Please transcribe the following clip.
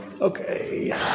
Okay